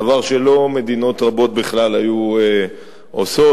דבר שלא מדינות רבות היו עושות.